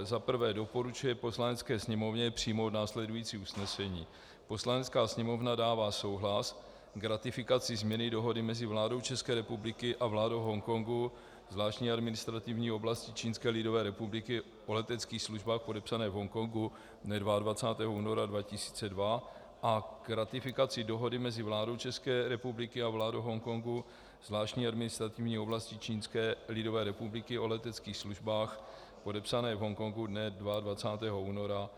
I. doporučuje Poslanecké sněmovně přijmout následující usnesení: Poslanecká sněmovna dává souhlas k ratifikaci změny Dohody mezi vládou České republiky a vládou Hongkongu, zvláštní administrativní oblasti Čínské lidové republiky, o leteckých službách, podepsané v Hongkongu dne 22. února 2002, a k ratifikaci Dohody mezi vládou České republiky a vládou Hongkongu, zvláštní administrativní oblasti Čínské lidové republiky, o leteckých službách, podepsané v Hongkongu dne 22. února 2002;